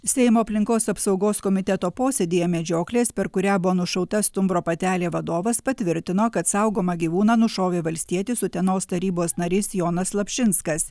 seimo aplinkos apsaugos komiteto posėdyje medžioklės per kurią buvo nušauta stumbro patelė vadovas patvirtino kad saugomą gyvūną nušovė valstietis utenos tarybos narys jonas slapšinskas